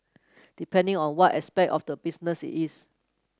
depending on what aspect of the business it is